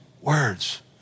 words